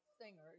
singers